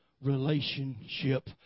relationship